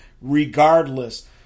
Regardless